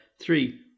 three